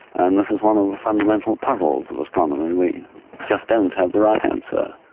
and this is one of the fundamental puzzles of astronomy, we just don't have the right answer.